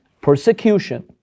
persecution